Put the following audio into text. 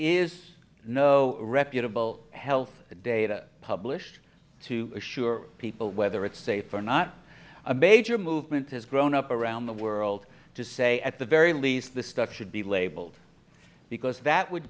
is no reputable health data published to assure people whether it's safe or not a major movement has grown up around the world to say at the very least the stock should be labeled because that would